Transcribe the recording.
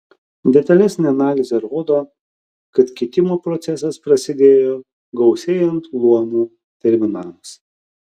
detalesnė analizė rodo kad kitimo procesas prasidėjo gausėjant luomų terminams